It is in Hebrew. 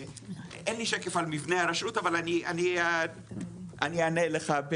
אין לי שקף על מבנה הרשות אבל אני אענה לך.